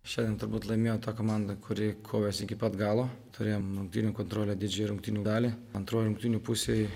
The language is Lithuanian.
šiandien turbūt laimėjo ta komanda kuri kovėsi iki pat galo turėjom rungtynių kontrolę didžiąją rungtynių dalį antroj rungtynių pusėj